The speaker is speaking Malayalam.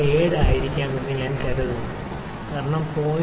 97 ആയിരിക്കാം എന്ന് ഞാൻ കരുതുന്നു കാരണം 0